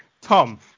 Tom